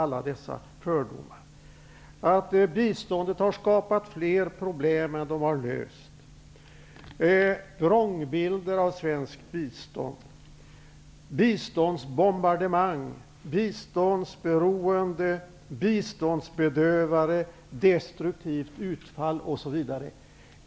Han talade om att biståndet har skapat fler problem än det har löst, gav vrångbilder av svenskt bistånd, använde uttryck som biståndsbombardemang, biståndsberoende, biståndsbedövning, destruktivt utfall osv.